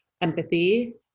empathy